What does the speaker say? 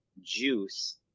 juice